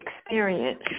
experience